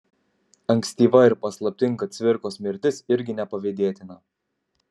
ankstyva ir paslaptinga cvirkos mirtis irgi nepavydėtina